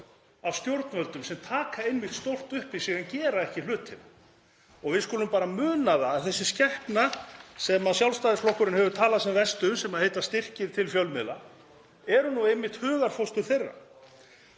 af stjórnvöldum sem taka stórt upp í sig en gera ekki hlutina. Við skulum bara muna það að þessi skepna sem Sjálfstæðisflokkurinn hefur talað hvað verst um, sem heitir styrkir til fjölmiðla, er einmitt hugarfóstur þeirra.